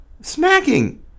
smacking